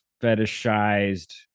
fetishized